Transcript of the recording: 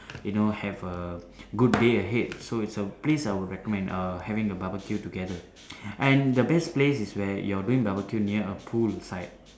you know have a good day ahead so it's a place I would recommend err having a barbeque together and the best place is where you're doing barbeque near a poolside